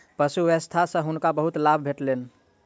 पशु व्यवसाय सॅ हुनका बहुत लाभ भेटलैन